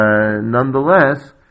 nonetheless